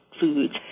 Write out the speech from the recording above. foods